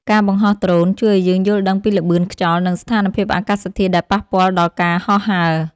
ការបង្ហោះដ្រូនជួយឱ្យយើងយល់ដឹងពីល្បឿនខ្យល់ និងស្ថានភាពអាកាសធាតុដែលប៉ះពាល់ដល់ការហោះហើរ។